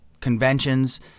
conventions